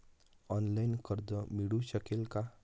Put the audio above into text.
Online कर्ज मिळू शकेल का?